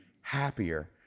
happier